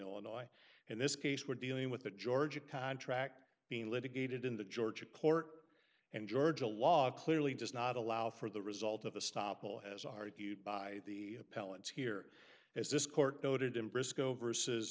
illinois and this case we're dealing with the georgia contract being litigated in the georgia court and georgia law clearly does not allow for the result of a stop well as argued by the appellants here as this court noted in briscoe versus